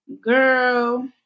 Girl